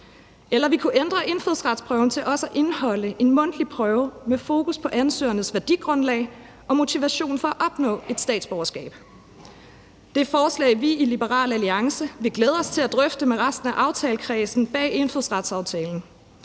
Eller vi kunne ændre indfødsretsprøven til også at indeholde en mundtlig prøve med fokus på ansøgernes værdigrundlag og motivation for at opnå et statsborgerskab. Det er forslag, vi i Liberal Alliance vil glæde os til at drøfte med resten af aftalekredsen bag indfødsretsaftalen.